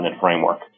framework